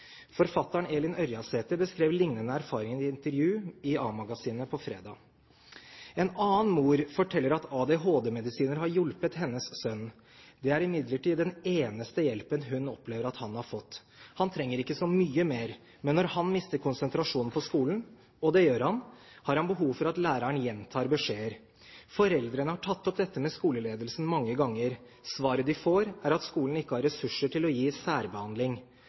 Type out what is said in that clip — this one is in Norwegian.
Forfatteren Elin Ørjasæter beskrev lignende erfaringer i et intervju i A-magasinet på fredag. En annen mor forteller at ADHD-medisiner har hjulpet hennes sønn. Det er imidlertid den eneste hjelpen hun opplever at han har fått. Han trenger ikke så mye mer. Men når han mister konsentrasjonen på skolen – og det gjør han – har han behov for at læreren gjentar beskjeder. Foreldrene har tatt opp dette med skoleledelsen mange ganger. Svaret de får, er at skolen ikke har ressurser til å gi særbehandling.